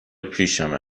پیشمه